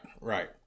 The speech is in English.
Right